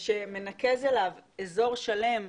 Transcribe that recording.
שמנקז אליו אזור שלם,